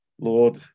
Lord